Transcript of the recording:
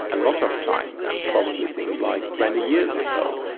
a lot of time probably things like twenty years or so.